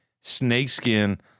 snakeskin